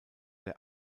der